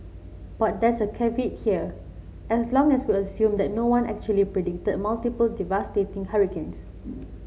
but there's a caveat here as long as we assume that no one actually predicted multiple devastating hurricanes